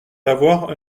d’avoir